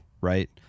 right